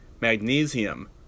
magnesium